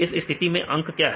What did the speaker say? इस स्थिति में अंक क्या है